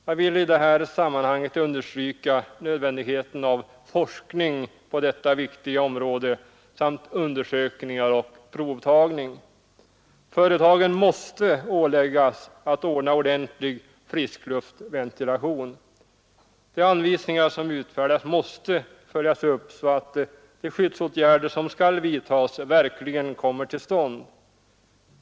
Jag vill i detta sammanhang understryka nödvändigheten av forskning på detta viktiga område samt undersökningar och provtagning. Företagen måste åläggas att ordna ordentlig friskluftsventilation. De anvisningar som utfärdas måste följas upp så att de skyddsåtgärder som skall vidtas verkligen kommer till stånd.